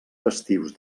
festius